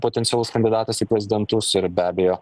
potencialus kandidatas į prezidentus ir be abejo